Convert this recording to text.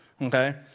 okay